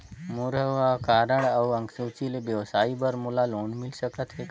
मोर हव कारड अउ अंक सूची ले व्यवसाय बर मोला लोन मिल सकत हे का?